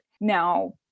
now